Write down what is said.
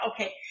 okay